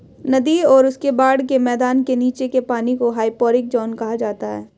नदी और उसके बाढ़ के मैदान के नीचे के पानी को हाइपोरिक ज़ोन कहा जाता है